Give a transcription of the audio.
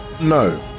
No